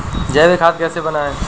जैविक खाद कैसे बनाएँ?